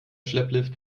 schlepplift